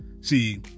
See